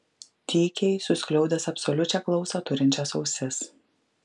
tykiai suskliaudęs absoliučią klausą turinčias ausis